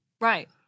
Right